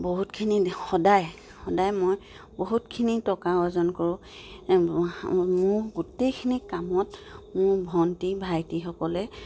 বহুতখিনি সদায় সদায় মই বহুতখিনি টকা অৰ্জন কৰোঁ মোৰ গোটেইখিনি কামত মোৰ ভণ্টি ভাইটিসকলে